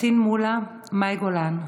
פטין מולא, מאי גולן,